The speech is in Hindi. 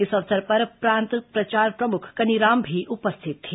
इस अवसर पर प्रांत प्रचार प्रमुख कनीराम भी उपस्थित थे